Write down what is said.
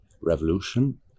Revolution